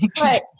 right